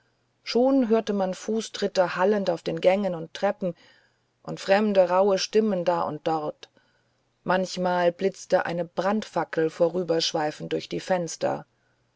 schon hörte man fußtritte hallend auf den gängen und treppen und fremde rauhe stimmen da und dort manchmal blitzte eine brandfackel vorüberschweifend durch die fenster